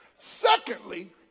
Secondly